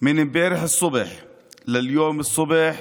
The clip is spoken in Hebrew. מאז אתמול בבוקר ועד היום בבוקר